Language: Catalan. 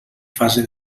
fase